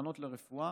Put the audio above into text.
"אילנות לרפואה"